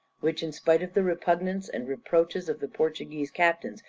which, in spite of the repugnance and reproaches of the portuguese captains,